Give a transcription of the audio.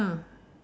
!huh!